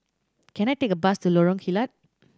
can I take a bus to Lorong Kilat